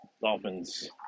Dolphins